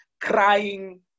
crying